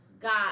got